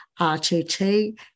RTT